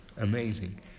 amazing